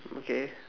okay